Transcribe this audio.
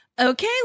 Okay